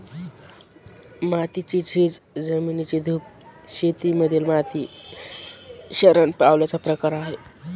मातीची झीज, जमिनीची धूप शेती मधील माती शरण पावल्याचा प्रकार आहे